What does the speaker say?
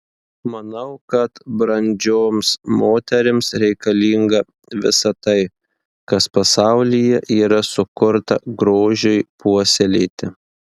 manau kad brandžioms moterims reikalinga visa tai kas pasaulyje yra sukurta grožiui puoselėti